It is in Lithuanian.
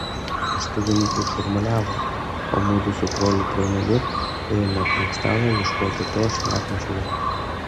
vestuvininkai šurmuliavo o mudu su broliu broneliu ėjome aplink stalą ieškoti to šnekančiojo